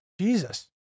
jesus